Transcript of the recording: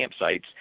campsites